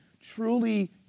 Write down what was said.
truly